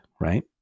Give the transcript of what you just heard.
right